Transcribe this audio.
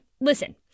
listen